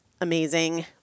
amazing